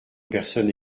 personnes